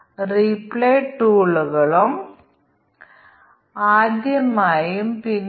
അതിനാൽ ഒരർത്ഥത്തിൽ ഇത് കോമ്പിനേറ്ററി സ്ഫോടന പ്രശ്നം ഒഴിവാക്കുന്നു